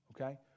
okay